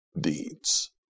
deeds